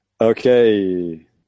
Okay